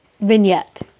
vignette